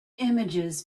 images